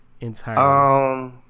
entirely